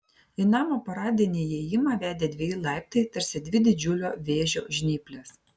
į namo paradinį įėjimą vedė dveji laiptai tarsi dvi didžiulio vėžio žnyplės